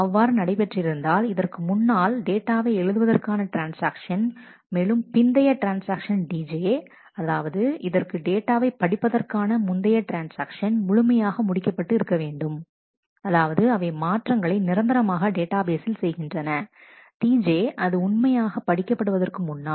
அவ்வாறு நடைபெற்றிருந்தால் இதற்கு முன்னால் டேட்டாவை எழுதுவதற்கான ட்ரான்ஸ்ஆக்ஷன் மேலும் பிந்தைய ட்ரான்ஸ்ஆக்ஷன்Tj அதாவது இதற்கு டேட்டாவை படிப்பதற்கான முந்தைய ட்ரான்ஸ்ஆக்ஷன்முழுமையாக முடிக்கப்பட்டு இருக்க வேண்டும் அதாவது அவை மாற்றங்களை நிரந்தரமாக டேட்டாபேஸில் செய்கின்றன Tj அது உண்மையாக படிக்க படுவதற்கு முன்னாள்